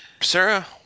Sarah